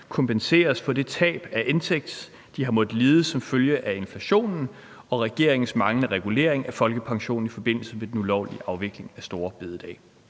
kompenseres for det tab af indtægt, de har måttet lide som følge af inflationen og regeringens manglende regulering af folkepensionen i forbindelse med den ulovlige afvikling af store bededag?